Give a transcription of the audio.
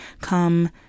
come